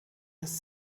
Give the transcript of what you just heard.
das